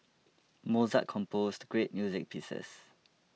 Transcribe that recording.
Mozart composed great music pieces